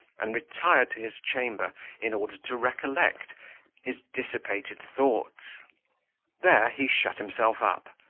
and retired to his chamber in order to recollect his dissipated thoughts there he shut himself up,